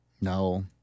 No